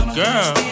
girl